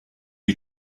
you